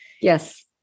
Yes